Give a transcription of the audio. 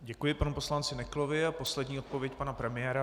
Děkuji panu poslanci Neklovi a poslední odpověď pana premiéra.